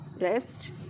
Rest